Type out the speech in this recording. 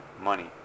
money